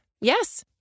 Yes